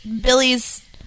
Billy's